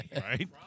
right